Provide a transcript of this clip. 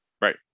Right